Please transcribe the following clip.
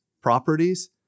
properties